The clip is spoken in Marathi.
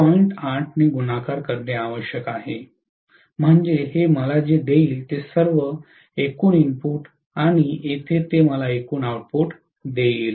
8 ने गुणाकार करणे आवश्यक आहे म्हणजे हे मला जे देईल ते सर्व एकूण इनपुट आणि येथे ते मला एकूण आउटपुट देईल